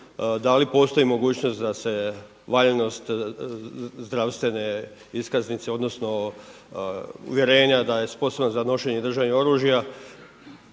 da li postoji mogućnost da se valjanost zdravstvene iskaznice, odnosno uvjerenja da je sposoban za nošenje i držanje oružja.